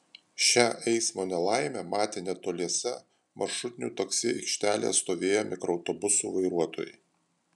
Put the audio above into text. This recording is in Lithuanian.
šią eismo nelaimę matė netoliese maršrutinių taksi aikštelėje stovėję mikroautobusų vairuotojai